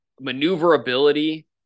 maneuverability